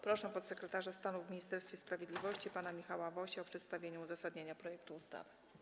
Proszę podsekretarza stanu w Ministerstwie Sprawiedliwości pana Michała Wosia o przedstawienie uzasadnienia projektu ustawy.